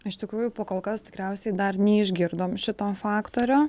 iš tikrųjų po kol kas tikriausiai dar neišgirdom šito faktorio